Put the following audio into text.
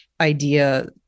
idea